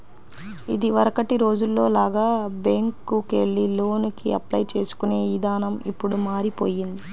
ఇదివరకటి రోజుల్లో లాగా బ్యేంకుకెళ్లి లోనుకి అప్లై చేసుకునే ఇదానం ఇప్పుడు మారిపొయ్యింది